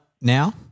now